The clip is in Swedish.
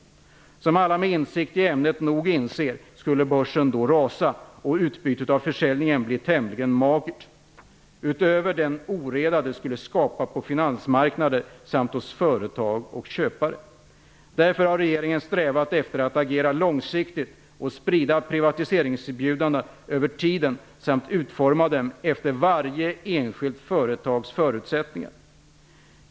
Som alla med insikt i ämnet nog inser skulle börsen då rasa och utbytet av försäljningen bli tämligen magert, utöver den oreda det skulle skapa på finansmarknader samt hos företag och köpare. Därför har regeringen strävat efter att agera långsiktigt och sprida privatiseringserbjudandena över tiden samt utforma dem efter varje enskilt företags förutsättningar.